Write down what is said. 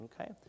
Okay